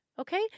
okay